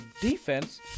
defense